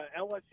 LSU